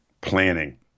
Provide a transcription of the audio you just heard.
Planning